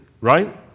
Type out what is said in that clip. right